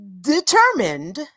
determined